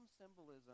symbolism